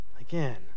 again